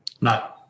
No